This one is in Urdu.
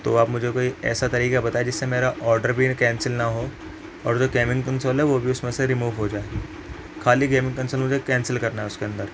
تو آپ مجھے کوئی ایسا طریقہ بتائیں جس سے میرا آڈر بھی کینسل نہ ہو اور جو گیمنگ کنسول ہے وہ بھی اس میں سے ریموو ہو جائے خالی گیمنگ کنسول مجھے کینسل کرنا ہے اس کے اندر